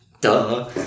duh